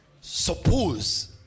Suppose